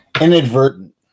inadvertent